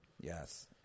Yes